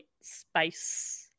space